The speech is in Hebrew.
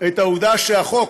את העובדה שהחוק